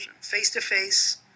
face-to-face